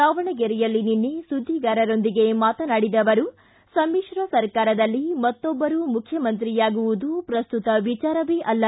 ದಾವಣಗೆರೆಯಲ್ಲಿ ನಿನ್ನೆ ಸುದ್ದಿಗಾರರೊಂದಿಗೆ ಮಾತನಾಡಿದ ಅವರು ಸಮಿತ್ರ ಸರ್ಕಾರದಲ್ಲಿ ಮತ್ತೊಬ್ಬರು ಮುಖ್ಯಮಂತ್ರಿಯಾಗುವುದು ಪ್ರಸ್ತುತ ವಿಚಾರವೇ ಅಲ್ಲ